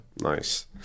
Nice